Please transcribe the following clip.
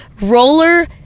Roller